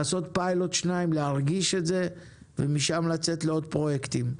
לעשות פיילוט כדי להרגיש את זה ומשם לצאת לעוד פרויקטים.